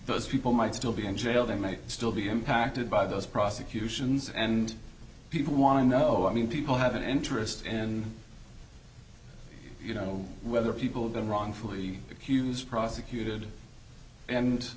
those people might still be in jail they might still be impacted by those prosecutions and people want to know i mean people have an interest in you know whether people have been wrongfully accused prosecuted and